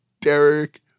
Derek